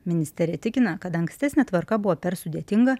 ministerija tikina kad ankstesnė tvarka buvo per sudėtinga